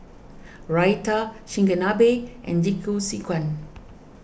Raita Chigenabe and Jingisukan